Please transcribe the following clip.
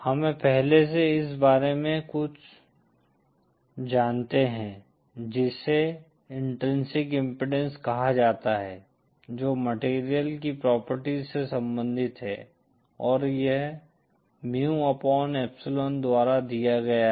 हमें पहले से इस बारे मैं कुछ जानते है जिसे इन्ट्रिंसिक इम्पीडेन्स कहा जाता है जो मटेरियल की प्रॉपर्टीज से संबंधित है और यह म्यू अपॉन एप्सिलोन द्वारा दिया गया है